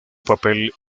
papel